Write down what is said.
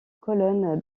colonne